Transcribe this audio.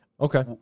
Okay